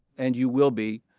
and you will be,